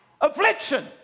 affliction